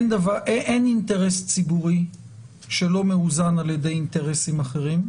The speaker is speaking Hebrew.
אין אינטרס ציבורי שלא מאוזן על ידי אינטרסים אחרים,